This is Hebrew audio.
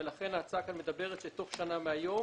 ולכן ההצעה כאן מדברת שבתוך שנה מהיום